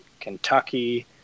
Kentucky